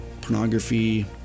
pornography